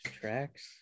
tracks